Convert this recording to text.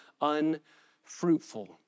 unfruitful